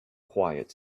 quiet